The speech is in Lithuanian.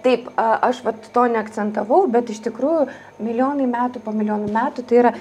taip aš vat to neakcentavau bet iš tikrųjų milijonai metų po milijonų metų tai yra